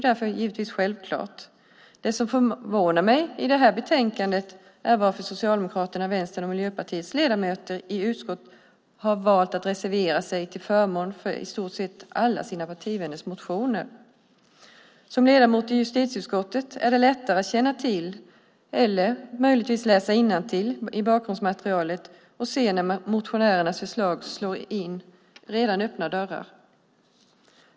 Det som förvånar mig i det här betänkandet är att Socialdemokraternas, Vänsterns och Miljöpartiets ledamöter i utskottet har valt att reservera sig till förmån för i stort sett alla sina partivänners motioner. Som ledamot i justitieutskottet är det lättare att känna till, eller möjligtvis läsa innantill i bakgrundsmaterialet, och se när motionärernas förslag slår in redan öppna dörrar.